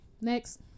Next